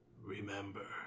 Remember